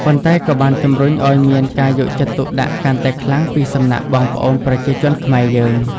ប៉ុន្តែក៏បានជំរុញឲ្យមានការយកចិត្តទុកដាក់កាន់តែខ្លាំងពីសំណាក់បងប្អូនប្រជាជនខ្មែរយើង។